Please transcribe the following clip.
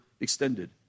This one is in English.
extended